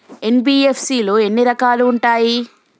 NBFC లో ఎన్ని రకాలు ఉంటాయి?